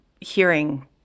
hearing